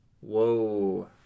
Whoa